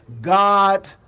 God